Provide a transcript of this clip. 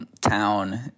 town